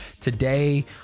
Today